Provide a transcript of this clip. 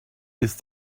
ist